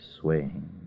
swaying